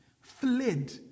fled